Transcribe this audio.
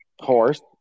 horse